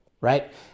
right